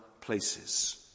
places